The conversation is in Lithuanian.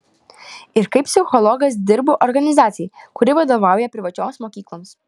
ir kaip psichologas dirbu organizacijai kuri vadovauja privačioms mokykloms